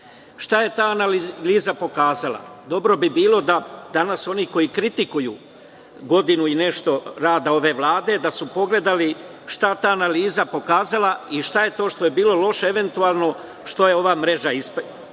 Šta je ta analiza pokazala? Dobro bi bilo da danas oni koji kritikuju godinu i nešto rada ove Vlade da su pogledali šta ta analiza pokazuje i šta je to što je bilo loše što je ova mreža ispravila. Prvo,